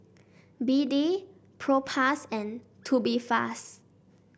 B D Propass and Tubifast